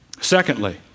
Secondly